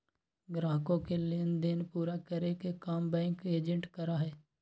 ग्राहकों के लेन देन पूरा करे के काम बैंक एजेंट करा हई